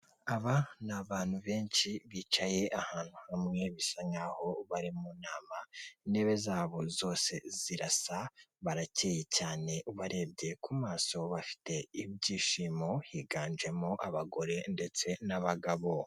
Aba ni abantu benshi bicaye ahantu hamwe, bisa nkaho bari mu nama intebe zabo zose zirasa, barakeye cyane barebye ku maso bafite ibyishimo higanjemo abagore ndetse n'abagabo.